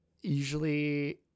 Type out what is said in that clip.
usually